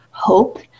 hope